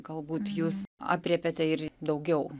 galbūt jūs aprėpiate ir daugiau